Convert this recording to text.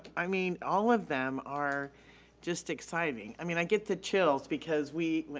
i mean all of them are just exciting. i mean i get the chills because we,